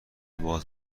باز